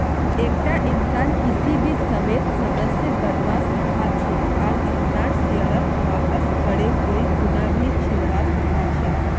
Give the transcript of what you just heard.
एकता इंसान किसी भी समयेत सदस्य बनवा सीखा छे आर अपनार शेयरक वापस करे कोई खूना भी छोरवा सीखा छै